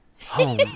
home